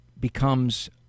becomes